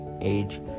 Age